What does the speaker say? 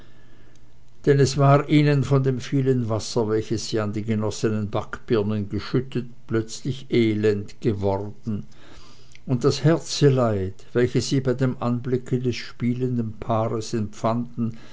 denn es war ihnen von dem vielen wasser welches sie an die genossenen backbirnen geschüttet plötzlich elend geworden und das herzeleid welches sie bei dem anblicke des spielenden paares empfanden